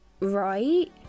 Right